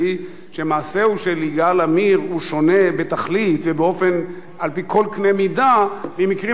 שמעשהו של יגאל עמיר שונה בתכלית על-פי כל קנה-מידה ממקרים